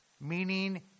meaning